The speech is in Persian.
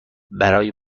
برای